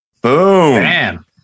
Boom